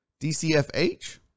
DCFH